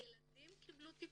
והילדים קיבלו טיפול,